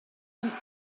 him